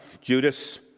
Judas